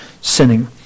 sinning